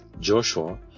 Joshua